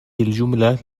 الجملة